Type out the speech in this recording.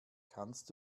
kannst